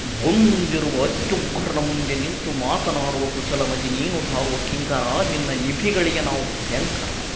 ಬಂದಿರುವ ಅತ್ಯುಘ್ರನ ಮುಂದೆ ನಿಂತು ಮಾತನಾಡುವ ಕುಚಲಮತಿ ನೀನು ಧಾರುವ ಕಿಂಕರಾ ನಿನ್ನ ಲಿಪಿಗಳಿಗೆ ನಾವು ಭಯಂಕರ